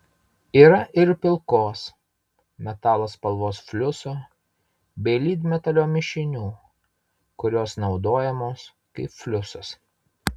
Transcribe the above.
yra ir pilkos metalo spalvos fliuso bei lydmetalio mišinių kurios naudojamos kaip fliusas